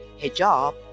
hijab